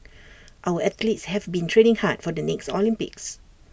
our athletes have been training hard for the next Olympics